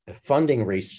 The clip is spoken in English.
funding